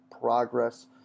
progress